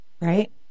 Right